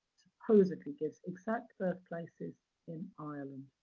supposedly gives, exact birth places in ireland.